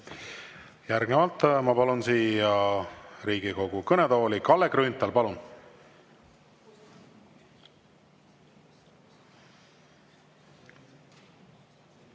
Järgnevalt ma palun siia Riigikogu kõnetooli Kalle Grünthali. Palun!